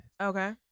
Okay